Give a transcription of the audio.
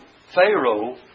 Pharaoh